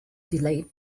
delayed